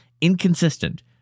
inconsistent